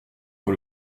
sur